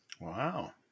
Wow